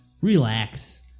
relax